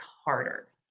harder